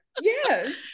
Yes